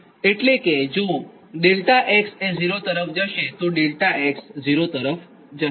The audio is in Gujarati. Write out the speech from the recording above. એટલે કે જો ∆x એ ૦ તરફ જશેતો ∆x એ ૦ તરફ જશે